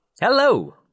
hello